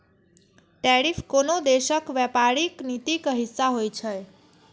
tariff कोनो देशक व्यापारिक नीतिक हिस्सा होइ छै